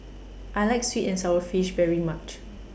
I like Sweet and Sour Fish very much